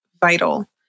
vital